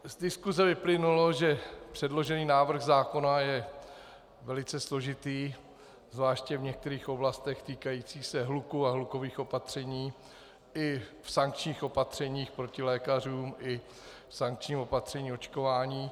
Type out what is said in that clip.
Z diskuse vyplynulo, že předložený návrh zákona je velice složitý zvláště v některých oblastech týkajících se hluku a hlukových opatření i sankčních opatření proti lékařům i sankčních opatření očkování.